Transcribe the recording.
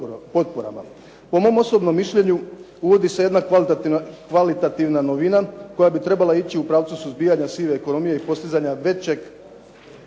Po mom osobnom mišljenju uvodi se jedna kvalitativna novina koja bi trebala ići u pravcu suzbijanja sive ekonomije i postizanja većeg